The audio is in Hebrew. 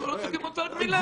תמכור אותו כמוצר גמילה.